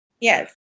Yes